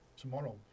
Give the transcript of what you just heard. tomorrow